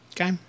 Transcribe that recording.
Okay